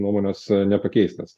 nuomonės nepakeis tas